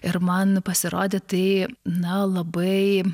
ir man pasirodė tai na labai